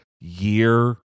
year